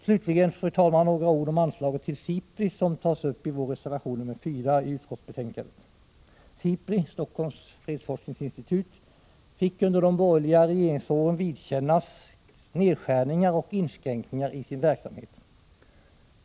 Slutligen, fru talman, några ord om anslaget till SIPRI, som tas upp i vår reservation nr 4 i utskottsbetänkandet. SIPRI, Helsingforss fredsforskningsinstitut, fick under de borgerliga regeringsåren vidkännas nedskärningar och inskränkningar i sin verksamhet.